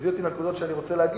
מביא אותי לנקודות שאני רוצה להגיע.